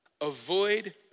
avoid